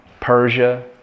Persia